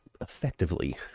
effectively